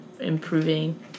improving